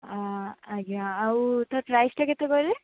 ଆଜ୍ଞା ଆଉ ତା ପ୍ରାଇସ୍ଟା କେତେ କହିଲେ